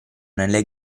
nelle